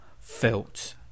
felt